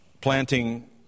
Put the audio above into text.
planting